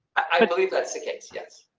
i believe that's the case. yes.